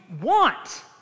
want